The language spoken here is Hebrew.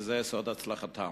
וזה סוד הצלחתן.